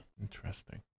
Interesting